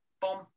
boom